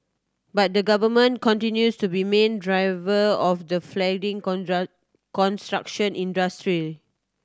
but the Government continues to be main driver of the flagging construction industry